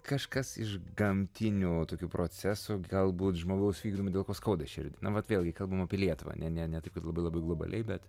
kažkas iš gamtinių tokių procesų galbūt žmogaus vykdomi dėl ko skauda širdį vat vėlgi kalbam apie lietuvą ne ne ne taip kad labai labai globaliai bet